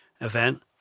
event